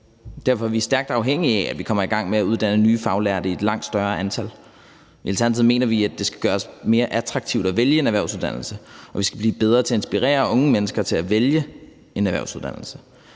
Derfor er vi stærkt afhængige af, at vi kommer i gang med at uddanne nye faglærte i et langt større antal. I Alternativet mener vi, at det skal gøres mere attraktivt at vælge en erhvervsuddannelse, og at vi skal blive bedre til at inspirere unge mennesker til at vælge en erhvervsuddannelse.